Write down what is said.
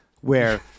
where-